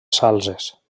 salzes